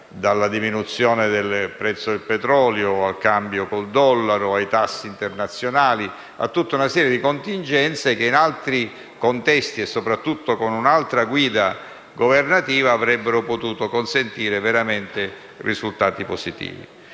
dalla diminuzione del prezzo del petrolio, al cambio con il dollaro, ai tassi internazionali, a tutta una serie di contingenze che in altri contesti e, soprattutto, con un'altra guida governativa avrebbero potuto consentire risultati positivi.